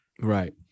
right